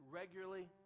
regularly